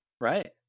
Right